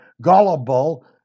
gullible